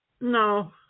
No